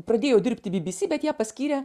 pradėjo dirbti bybysy bet ją paskyrė